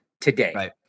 today